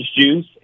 juice